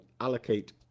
allocate